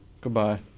goodbye